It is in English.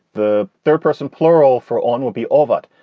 the third person plural for on will be all that.